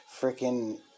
freaking